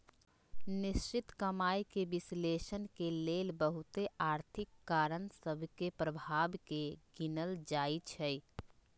निश्चित कमाइके विश्लेषण के लेल बहुते आर्थिक कारण सभ के प्रभाव के गिनल जाइ छइ